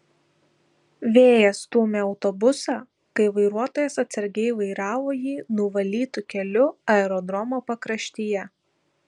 vėjas stūmė autobusą kai vairuotojas atsargiai vairavo jį nuvalytu keliu aerodromo pakraštyje